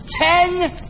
Ten